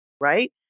right